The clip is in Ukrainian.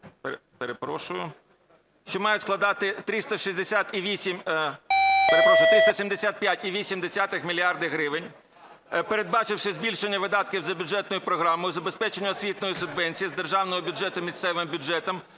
перепрошую, 375,8 мільярда гривень, передбачивши збільшення видатків за бюджетною програмою "Забезпечення освітньої субвенції з державного бюджету місцевим бюджетам"